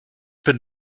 bin